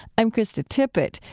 i'm krista tippett.